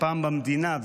הפעם במדינה,